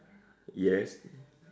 yes